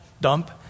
dump